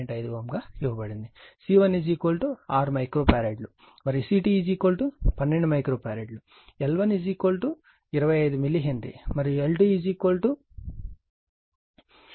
5 Ω ఇవ్వబడినది C1 6 microfarad మరియు C2 12 microfarad L1 25 millihenry మరియు L2 15 మిల్లీ హెన్రీ